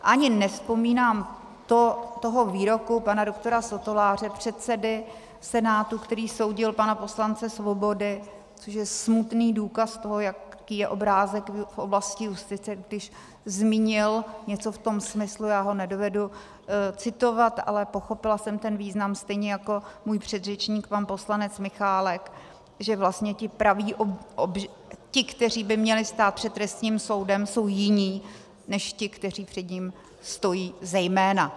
Ani nevzpomínám toho výroku pana doktora Sotoláře, předsedy senátu, který soudil pana poslance Svobodu, což je smutný důkaz toho, jaký je obrázek v oblasti justice, když zmínil něco v tom smyslu já ho nedovedu citovat, ale pochopila jsem ten význam stejně jako můj předřečník pan poslanec Michálek, že vlastně ti, kteří by měli stát před trestním soudem, jsou jiní než ti, kteří před ním stojí zejména.